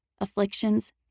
afflictions